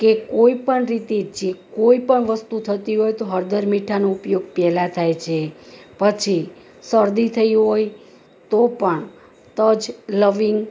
કે કોઈ પણ રીતે જે કોઈ પણ વસ્તુ થતી હોય તો હળદર મીઠાંનો ઉપયોગ પહેલાં થાય છે પછી શરદી થઈ હોય તો પણ તજ લવિંગ